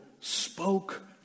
spoke